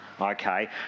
okay